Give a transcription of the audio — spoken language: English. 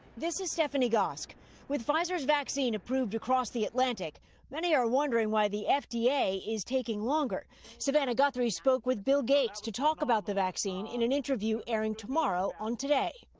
this is stephanie gosk with pfizer's vaccine approved across the atlantic many are wondering why the fda is taking longer savannah guthrie spoke with bill gates to talk about the vaccine in an interview airing tomorrow on today.